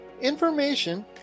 information